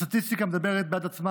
הסטטיסטיקה מדברת בעד עצמה,